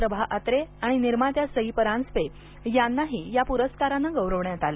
प्रभा अत्रे आणि निर्मात्या सई परांजपे यांनाही या पुरस्काराने गौरवण्यात आलं